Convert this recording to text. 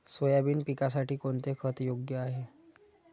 Soybean पिकासाठी कोणते खत योग्य आहे?